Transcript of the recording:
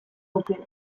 aukera